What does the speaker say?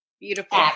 Beautiful